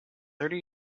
thirty